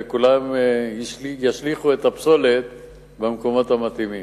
וכולם ישליכו את הפסולת במקומות המתאימים,